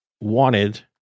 wanted